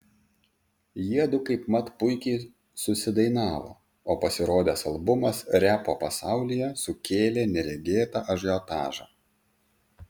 jiedu kaipmat puikiai susidainavo o pasirodęs albumas repo pasaulyje sukėlė neregėtą ažiotažą